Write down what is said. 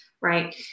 right